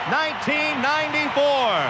1994